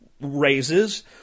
raises